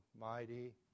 mighty